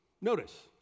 Notice